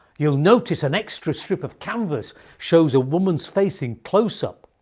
you'll notice an extra strip of canvas shows a woman's face in closeup.